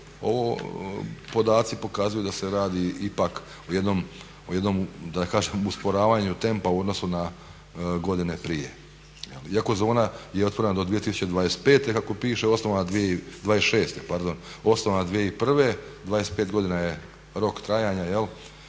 evo, podaci pokazuju da se radi ipak o jednom da ne kažem usporavanju tempa u odnosu na godine prije iako zona je otvorena do 2025. kako piše, 2016. pardon, osnovana 2001., 25 godina je rok trajanja